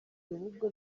urubuga